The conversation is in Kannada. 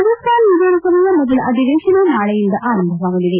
ರಾಜಸ್ತಾನ ವಿಧಾನಸಭೆಯ ಮೊದಲ ಅಧಿವೇಶನ ನಾಳೆಯಿಂದ ಆರಂಭವಾಗಲಿದೆ